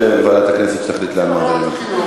או שוועדת הכנסת תחליט לאן מעבירים?